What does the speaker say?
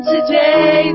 Today